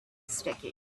sticky